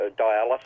dialysis